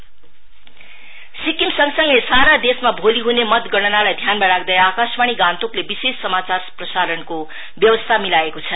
special bulletin Sikkim सँगसँगै सारा देशमा भोलि ह्ने मतगणनालाई ध्यानमा राख्दै आकाशवाणी गान्तोकलो विशेष समाचार प्रसारणको व्यवस्था मिलाएको छ